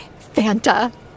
Fanta